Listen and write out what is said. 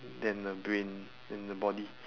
than the brain than the body